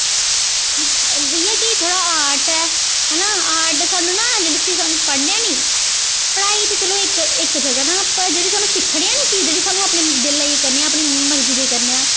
एह् ऐ कि थोह्ड़ा आर्ट ऐ है ना आर्ट सानूं नां जेह्ड़ी चीज पढ़ने आं नी पढ़ाई चे चलो इक इक जगह् ना पर जेह्ड़ी सानूं सिक्खने आं नी चीज जेह्ड़ी सानूं अपने दिल लाइयै करने आं अपनी मर्जी दी करने आं